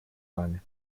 вами